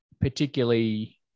particularly